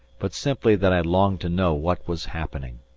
but simply that i longed to know what was happening.